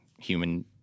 human